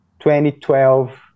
2012